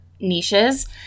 niches